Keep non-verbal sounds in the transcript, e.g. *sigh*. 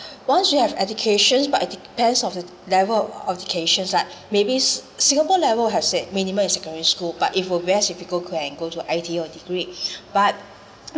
once you have education but it depends on the level of education like maybe s~ singapore level have said minimum secondary school but if we're go to I_T_E or degree *breath* but